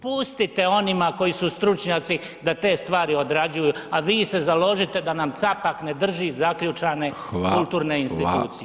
Pustite onima koji su stručnjaci da te stvari odrađuju, a vi se založite da nam Capak ne drži zaključane kulturne institucije.